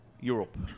Europe